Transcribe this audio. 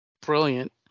brilliant